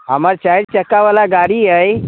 हमर चारि चक्कावला गाड़ी अइ